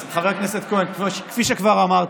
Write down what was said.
אז, חבר הכנסת כהן, כפי שכבר אמרתי,